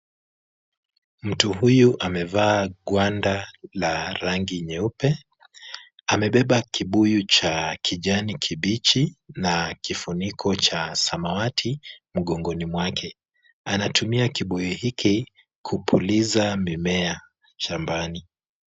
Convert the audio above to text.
Mtu huyu amevaa gwanda la rangi nyeupe. Amebeba kibuyu cha kijani kibichi na kifuniko cha samawati mgongoni mwake. Anatumia kibuyu hiki kupuliza mimea shambani.